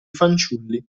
fanciulli